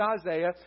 Isaiah